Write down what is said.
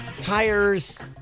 Tires